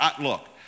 look